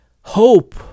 hope